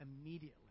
immediately